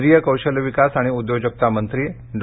केंद्रीय कौशल्य विकास आणि उद्योजकता मंत्री डॉ